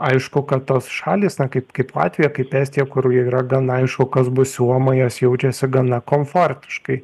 aišku kad tos šalys kaip kaip latvija kaip estija kur yra gan aišku kas bus siūloma jos jaučiasi gana komfortiškai